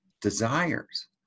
desires